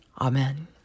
Amen